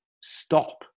stop